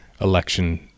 election